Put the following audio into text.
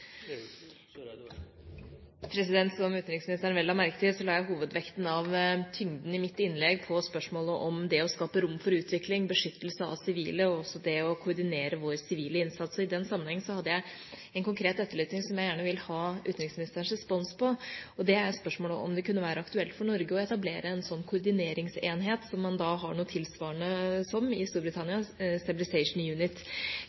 utvikling, beskyttelse av sivile og også det å koordinere vår sivile innsats. I den sammenheng hadde jeg en konkret etterlysning som jeg gjerne vil ha utenriksministerens respons på, og det er spørsmålet om det kunne være aktuelt for Norge å etablere en sånn koordineringsenhet som man har noe tilsvarende til i Storbritannia, Stabilisation Unit.